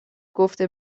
گفته